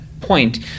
point